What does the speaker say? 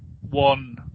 one